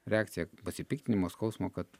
reakcija pasipiktinimo skausmo kad